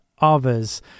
others